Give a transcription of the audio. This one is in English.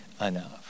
enough